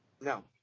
No